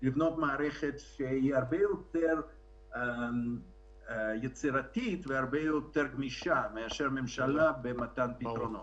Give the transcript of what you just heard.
מערכת הרבה יותר יצירתית וגמישה מאשר הממשלה במתן פתרונות.